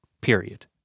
period